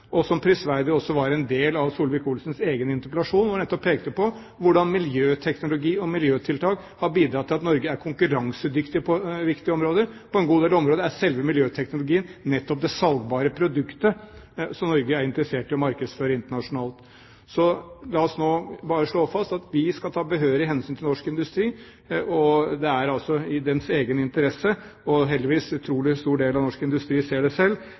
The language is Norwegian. og som prisverdig også var en del av Solvik-Olsens egen interpellasjon, da han nettopp pekte på hvordan miljøteknologi og miljøtiltak har bidradd til at Norge er konkurransedyktig på viktige områder. På en god del områder er selve miljøteknologien nettopp det salgbare produktet som Norge er interessert i å markedsføre internasjonalt. La oss nå bare slå fast at vi skal ta behørig hensyn til norsk industri. Det er altså i industriens egen interesse, og, heldigvis, en stor del av norsk industri ser det selv